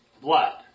blood